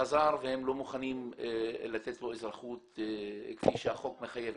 הוא חזר והם לא מוכנים לתת לו אזרחות כפי שהחוק מחייב.